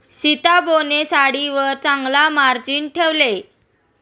सीताबोने साडीवर चांगला मार्जिन ठेवले